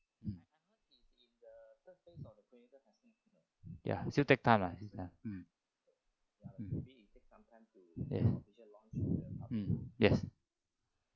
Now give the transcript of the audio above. mm ya still take time ah mm mm yes mm yes